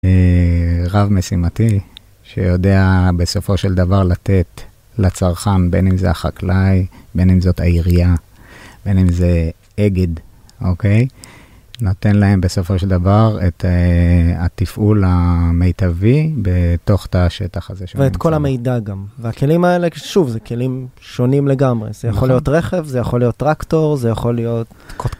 רב משימתי שיודע בסופו של דבר לתת לצרכן, בין אם זה החקלאי, בין אם זאת העירייה, בין אם זה אגד, אוקיי? נותן להם בסופו של דבר את התפעול המיטבי בתוך את השטח הזה. ואת כל המידע גם. והכלים האלה, שוב, זה כלים שונים לגמרי. זה יכול להיות רכב, זה יכול להיות טרקטור, זה יכול להיות...